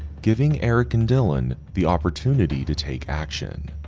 giving eric and dylan the opportunity to take action.